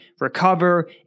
recover